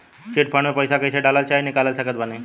Chit fund मे पईसा कईसे डाल चाहे निकाल सकत बानी?